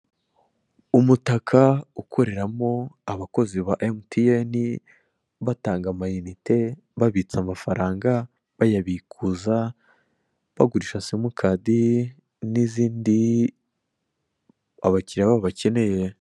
Umutaka ukoreramo abakozi ba emutiyeni batanga aayinite, babitsa amafaranga, bayabikuza, bagurisha simukadi n'izindi abakiriya babo bakeneye.